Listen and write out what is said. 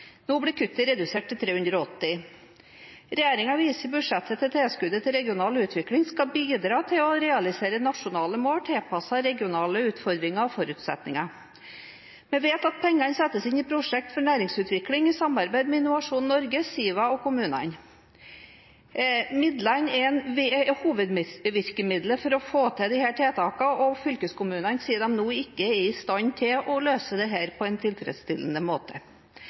Nå blir kuttet redusert til 380 mill. kr. I budsjettet viser regjeringen til at tilskuddet til regional utvikling skal bidra til å realisere nasjonale mål, tilpasset regionale utfordringer og forutsetninger. Vi vet at pengene settes inn i prosjekter for næringsutvikling i samarbeid med Innovasjon Norge, Siva og kommunene. Midlene er hovedvirkemiddelet for å få til disse tiltakene, og fylkeskommunene sier at de nå ikke er i stand til å løse dette på en tilfredsstillende måte.